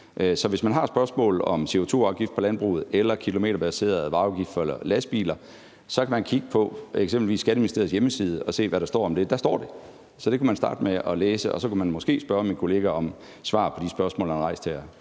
Så hvis man har spørgsmål om CO2-afgift på landbruget eller kilometerbaseret vejafgift for lastbiler, kan man kigge på eksempelvis Skatteministeriets hjemmeside og se, hvad der står om det. Der står det. Så det kan man starte med at læse, og så kunne man måskebede min kollega om svar på de spørgsmål, man har rejst her.